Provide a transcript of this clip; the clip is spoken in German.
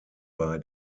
bei